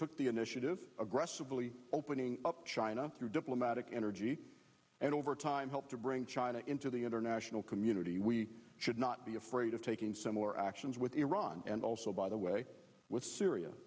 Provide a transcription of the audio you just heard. took the initiative aggressively opening up china through diplomatic energy and over time helped to bring china into the international community we should not be afraid of taking similar actions with iran and also by the way with syria